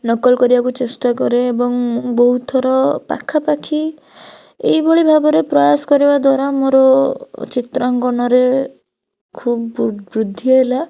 ନକଲ କରିବାକୁ ଚେଷ୍ଟା କରେ ଏବଂ ବହୁତ ଥର ପାଖାପାଖି ଏହିଭଳି ଭାବରେ ପ୍ରୟାସ କରିବା ଦ୍ୱାରା ମୋର ଚିତ୍ରାଙ୍କନରେ ଖୁବ୍ ବୃଦ୍ଧି ହେଲା